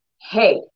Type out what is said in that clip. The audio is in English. hey